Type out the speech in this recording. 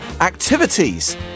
activities